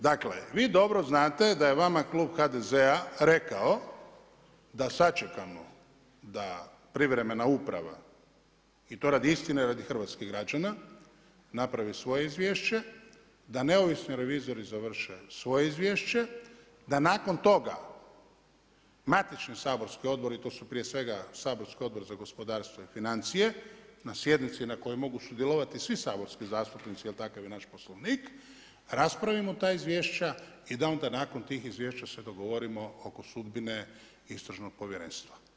Dakle, vi dobro znate, da je vama Klub HDZ-a rekao da sačekamo da privremena uprava i to radi istine, radi hrvatskih građana napravi svoje izvješće, da neovisni revizori završe svoje izvješće, da nakon toga, matični saborski odbori a to su prije svega saborski Odbor za gospodarstvo i financije, na sjednici na kojoj mogu sudjelovati svi saborski zastupnici, jer takav je naš poslovnik, raspravimo ta izvješća i da onda nakon tih izvješća se dogovorimo oko sudbine Istražnog povjerenstva.